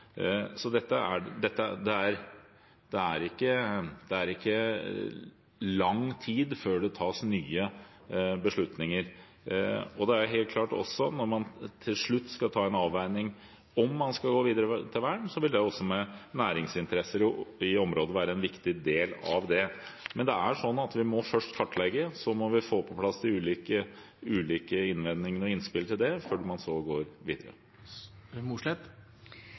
så det er ikke lang tid før det tas nye beslutninger. Det er også helt klart at når man til slutt skal ta en avveining om man skal gå videre til vern, vil næringsinteresser i området være en viktig del av det. Men først må vi kartlegge, og så må vi få på plass de ulike innvendingene og innspillene til det før man går videre.